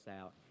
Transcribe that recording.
out